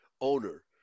owner